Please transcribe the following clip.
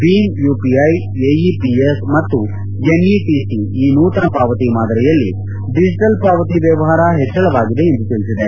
Bhim UPI AEPS ಮತ್ತು NETC ಈ ನೂತನ ಪಾವತಿ ಮಾದರಿಯಲ್ಲಿ ಡಿಜೆಟಲ್ ಪಾವತಿ ವ್ಯವಹಾರ ಹೆಚ್ಚಳವಾಗಿದೆ ಎಂದು ತಿಳಿಸಿದೆ